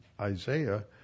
Isaiah